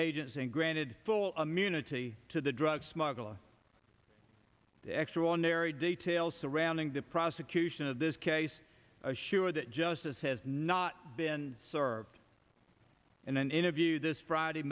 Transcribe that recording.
agents and granted full immunity to the drug smuggler the extraordinary details surrounding the prosecution of this case assure that justice has not been sore and then interview this friday